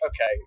okay